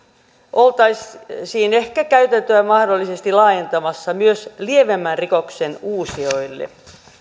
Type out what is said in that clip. oltaisiin ehkä käytäntöä laajentamassa myös lievemmän rikoksen uusijoille